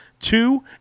two